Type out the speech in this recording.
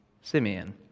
Simeon